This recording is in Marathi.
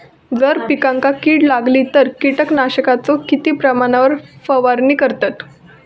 जर पिकांका कीड लागली तर कीटकनाशकाचो किती प्रमाणावर फवारणी करतत?